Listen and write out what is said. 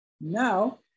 now